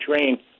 train